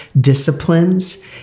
disciplines